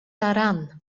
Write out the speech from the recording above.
daran